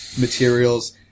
materials